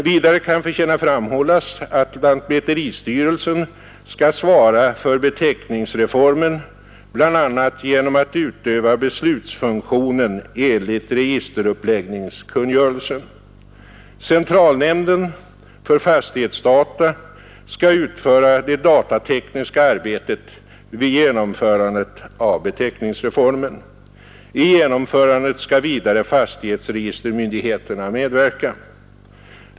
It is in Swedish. Vidare kan förtjäna framhållas att lantmäteristyrelsen skall svara för beteckningsreformen, bl.a. genom att utöva beslutsfunktionen enligt registeruppläggningskungörelsen. Centralnämnden för fastighetsdata skall utföra det datatekniska arbetet vid genomförandet av beteckningsreformen. I genomförandet skall vidare fastighetsregistermyndigheterna medverka.